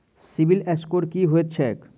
CIBIL score की होइत छैक?